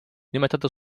nimetada